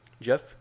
Jeff